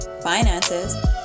finances